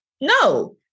no